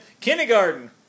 kindergarten